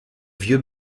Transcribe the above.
vieux